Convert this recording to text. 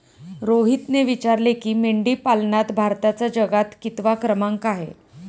रोहितने विचारले की, मेंढीपालनात भारताचा जगात कितवा क्रमांक आहे?